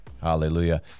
Hallelujah